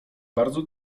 bardzo